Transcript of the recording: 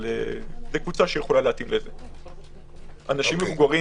אנשים מבוגרים,